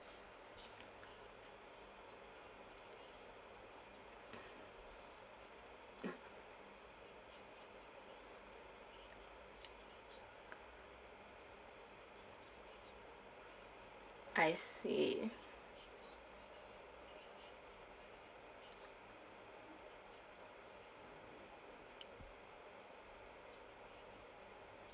I see